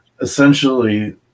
essentially